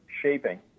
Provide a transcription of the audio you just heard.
shaping